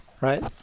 right